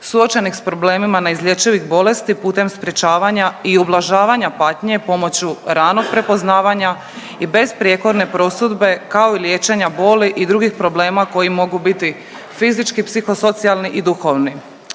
suočenih s problemima neizlječivih bolesti putem sprječavanja i ublažavanja patnje pomoću ranog prepoznavanja i besprijekorne prosudbe, kao i liječenja boli i drugih problema koji mogu biti fizički, psihosocijalni i duhovni.